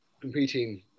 competing